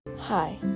Hi